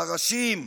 פרשים ועוד.